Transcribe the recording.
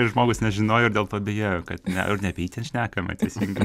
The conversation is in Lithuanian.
ir žmogus nežinojo ir dėl to bijojo kad ne ar ne apie jį ten šnekama teisingai